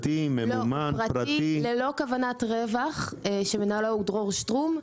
נושא פרטי ללא כוונת רווח שמנהלו הוא דרור שטרום.